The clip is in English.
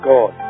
God